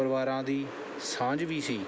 ਪਰਿਵਾਰਾਂ ਦੀ ਸਾਂਝ ਵੀ ਸੀ